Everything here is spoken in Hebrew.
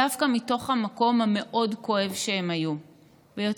דווקא מתוך המקום המאוד-כואב שהן היו בו,